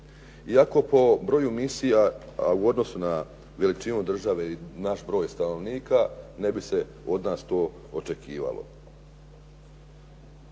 I ako po broju misija, a u odnosu na veličinu države i naš broj stanovnika ne bi se od nas to očekivalo.